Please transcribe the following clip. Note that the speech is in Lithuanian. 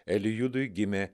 elijudui gimė